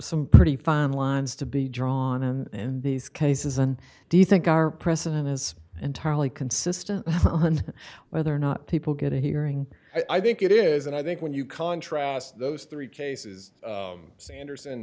some pretty fine lines to be drawn and these cases and do you think our president has and tali consistent whether or not people get a hearing i think it is and i think when you contrast those three cases sanders and